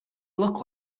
look